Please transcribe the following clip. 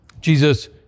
jesus